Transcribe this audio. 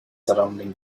surrounding